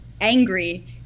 angry